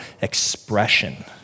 expression